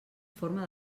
forma